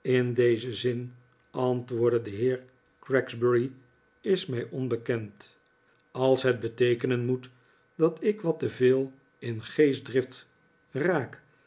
in dezen zin antwoordde de heer gregsbury is mij onbekend als het beteekenen moet dat ik wat te veel in geestdrift raak